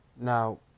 Now